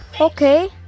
Okay